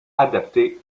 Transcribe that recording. adapté